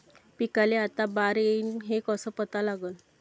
पिकाले आता बार येईन हे कसं पता लागन?